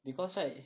because right